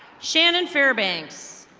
shanon fairbanks.